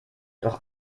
doch